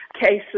cases